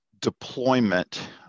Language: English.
deployment